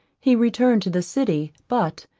he returned to the city, but,